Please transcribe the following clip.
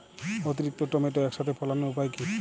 অতিরিক্ত টমেটো একসাথে ফলানোর উপায় কী?